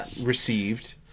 received